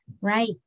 Right